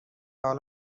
حال